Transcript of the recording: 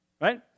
Right